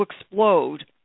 explode